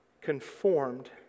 conformed